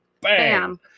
Bam